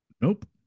Nope